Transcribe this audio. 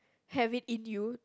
have it in you